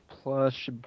Plus